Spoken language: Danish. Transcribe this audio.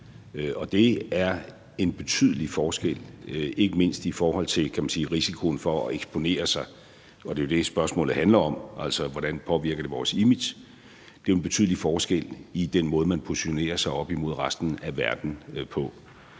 det er en betydelig forskel, ikke mindst i forhold til, kan man sige, risikoen for at eksponere sig, og det er jo det, spørgsmålet handler om – altså, hvordan påvirker det vores image? Det er jo en betydelig forskel i den måde, man positionerer sig op imod resten af verden på.